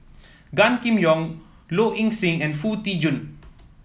Gan Kim Yong Low Ing Sing and Foo Tee Jun